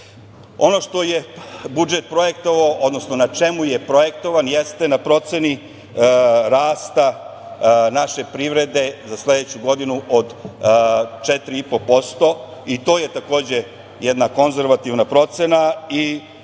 2%.Ono što je budžet projektovao, odnosno na čemu je projektovan jeste na proceni rasta naše privrede za sledeću godinu od 4,5% i to je takođe jedna konzervativna procena i